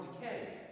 decay